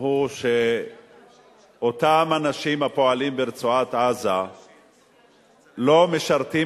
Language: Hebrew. הוא שאותם אנשים הפועלים ברצועת-עזה לא משרתים